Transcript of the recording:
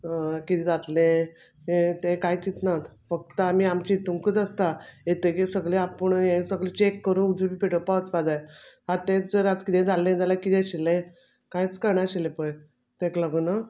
किदें जातलें ए तें कांय चिंतनात फक्त आमी आमचे हितुंकूच आसता येतगीर सगलें आपूण यें सगल चॅक करूं उज बी पेटोवपा वचपा जाय आ तेंच जर आज किदेंय जाल्लें जाल्या किदें आशिल्लें कांयच कळना आशिल्लें पळय ताका लागून